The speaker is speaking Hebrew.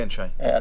שי, בבקשה.